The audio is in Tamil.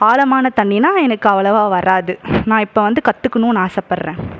ஆழமான தண்ணின்னா எனக்கு அவ்வளவாக வராது நான் இப்போ வந்து கற்றுக்கணுன்னு ஆசைப்படுறேன்